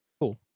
Cool